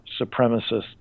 supremacists